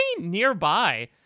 nearby